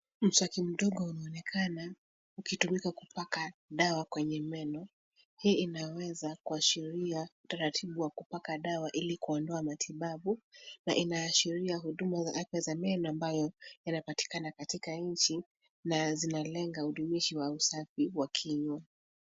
Mswaki mdogo unaonekana, ukitumika kupaka dawa kwenye meno. Hii inaweza kuashiria utaratibu wa kupaka dawa ili kuondoa matibabu, na inaashiria huduma za afya za meno ambayo yanapatikana katika nchi, na zinalenga utumishi wa usafi wa kinywa.